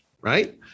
right